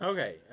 Okay